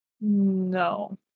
No